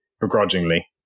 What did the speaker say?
begrudgingly